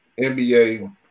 NBA